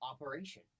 operation